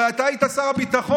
הרי אתה היית שר הביטחון,